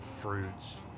fruits